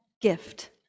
gift